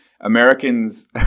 Americans